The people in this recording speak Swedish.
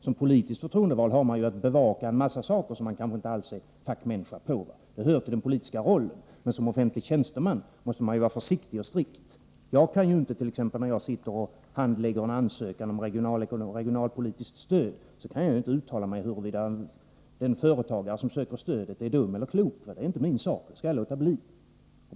Som politiskt förtroendevald har man ju att bevaka en mängd saker där man kanske inte alls är fackman. Det hör till den politiska rollen. Men som offentlig tjänsteman måste man vara försiktig och strikt. Jag kan ju t.ex. inte, när jag sitter och handlägger en ansökan om regionalpolitiskt stöd, uttala mig om huruvida den företagare som söker stödet är dum eller klok. Det är inte min sak, det skall jag låta bli.